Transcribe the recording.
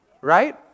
right